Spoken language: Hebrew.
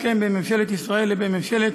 ההסכם בין ממשלת מדינת ישראל לבין ממשלת